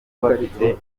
bafite